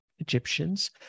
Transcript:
Egyptians